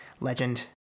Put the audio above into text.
Legend